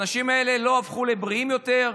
האנשים האלה לא הפכו לבריאים יותר,